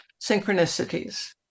Synchronicities